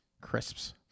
crisps